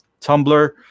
Tumblr